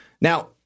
Now